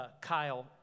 Kyle